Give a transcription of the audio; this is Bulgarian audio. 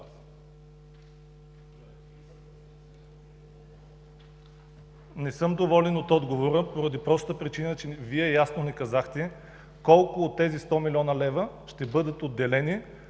Не съм доволен от отговора поради простата причина, че Вие ясно не казахте колко от тези 100 млн. лв. ще бъдат отделени